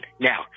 Now